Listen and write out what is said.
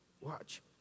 Watch